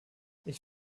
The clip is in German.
ich